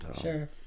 sure